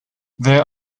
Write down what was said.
there